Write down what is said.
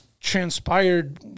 transpired